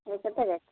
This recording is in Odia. ଇଏ କେତେ ରେଟ୍